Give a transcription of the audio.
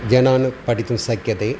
जनान् पठितुं शक्यते